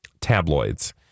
tabloids